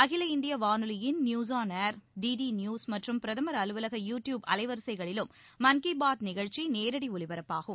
அகில இந்திய வானொலியின் news on air D D news மற்றும் பிரதமர் அலுவலக யூ டியூப் அலைவரிசைகளிலும் மன் கி பாத் நிகழ்ச்சி நேரடி ஒலிபரப்பாகும்